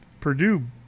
Purdue